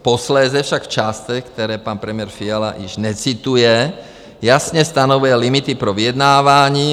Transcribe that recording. Posléze však v částech, které pan premiér Fiala již necituje, jasně stanovuje limity pro vyjednávání.